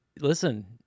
Listen